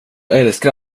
älskar